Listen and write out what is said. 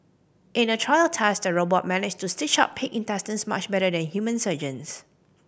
in a trial test the robot managed to stitch up pig intestines much better than human surgeons